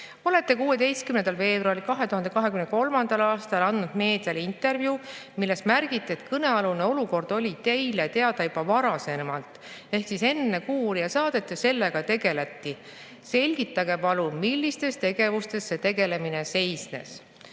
Olete 16. veebruaril 2023. aastal andnud meediale intervjuu, milles märgite, et kõnealune olukord oli teile teada juba varasemalt ehk enne "Kuuuurija" saadet ja sellega tegeleti. Selgitage palun, millistes tegevustes see tegelemine seisnes.